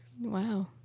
wow